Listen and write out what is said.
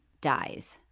dies